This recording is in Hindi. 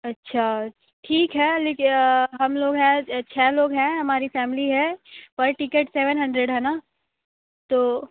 अच्छा ठीक है हम लोग है छः लोग हैं हमारी फ़ैमिली है पर टिकट सेवन हंड्रेड है ना तो